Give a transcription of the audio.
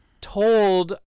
told